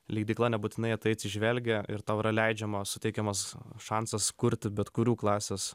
leidykla nebūtinai į tai atsižvelgia ir tau yra leidžiama suteikiamas šansas kurti bet kurių klasės